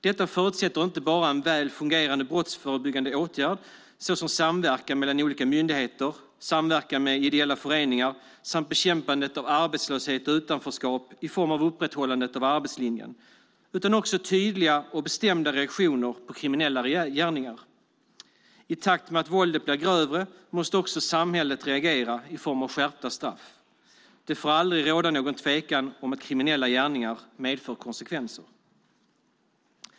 Detta förutsätter inte bara väl fungerande brottsförebyggande åtgärder, såsom samverkan mellan olika myndigheter och med ideella föreningar samt bekämpandet av arbetslöshet och utanförskap i form av upprätthållandet av arbetslinjen utan också tydliga och bestämda reaktioner på kriminella gärningar. I takt med att våldet blir grövre måste också samhället reagera i form av skärpta straff. Det får aldrig råda någon tvekan om att kriminella gärningar medför konsekvenser.